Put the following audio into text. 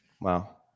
Wow